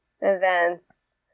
events